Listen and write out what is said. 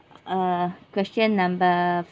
uh question number